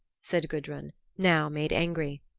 said gudrun, now made angry.